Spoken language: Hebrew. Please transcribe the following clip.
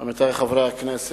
עמיתי חברי הכנסת,